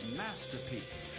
masterpiece